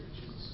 Jesus